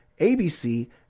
abc